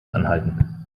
anhalten